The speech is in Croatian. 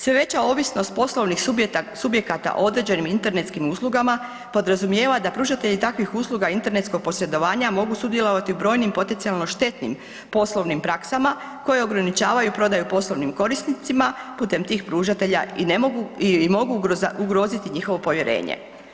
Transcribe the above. Sve veća ovisnost poslovnih subjekata određenim internetskim uslugama podrazumijeva da pružatelji takvih usluga internetskog posredovanja mogu sudjelovati u brojnim potencijalno štetnim poslovnim praksama koje ograničavaju prodaju poslovnim korisnicima putem tih pružatelja i mogu ugroziti njihovo povjerenje.